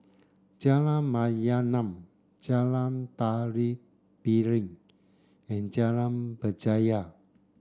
Jalan Mayaanam Jalan Tari Piring and Jalan Berjaya